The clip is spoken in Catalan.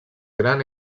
gran